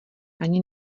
ani